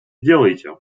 делаете